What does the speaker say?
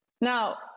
Now